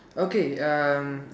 okay um